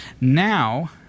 Now